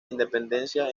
independencia